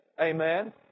Amen